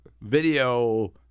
video